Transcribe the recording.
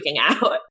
out